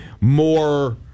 more